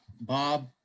Bob